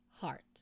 heart